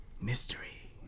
mystery